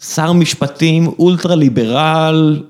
שר משפטים, אולטרה ליברל.